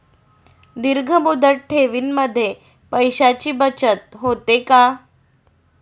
दीर्घ मुदत ठेवीमध्ये पैशांची बचत होते का?